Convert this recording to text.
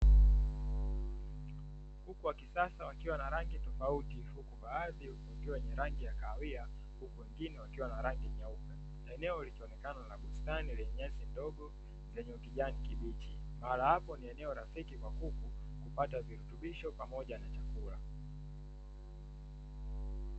Kuku wa kisasa wakiwa na rangi tofauti baadhi wakiwa wenye rangi ya kahawia huku wengine wakiwa na rangi nyeupe, eneo likionekana na bustani lenye nyasi ndogo lenye ukijani kibichi, mahala hapo ni eneo rafiki kwa kuku kupata virutubisho pamoja na chakula.